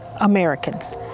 Americans